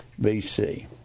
BC